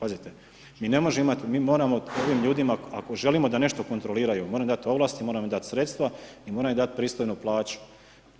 Pazite, mi ne možemo imati, mi moramo ovim ljudima ako želimo da nešto kontroliraju, moramo dati ovlasti, moramo im dati sredstva i moramo im dati pristojnu plaću